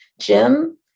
Jim